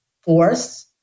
force